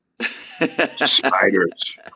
Spiders